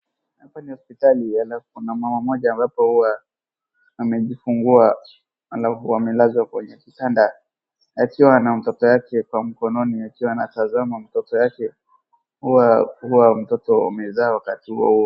Hapa ni hospitali na kuna mama mmoja ambapo huwa amejifungua, amelazwa kwenye kitanda akiwa na mtoto yake, kwa mkononi akiwa anatazama mtoto yake, huyo mtoto amezaa wakati huo huo.